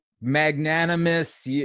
magnanimous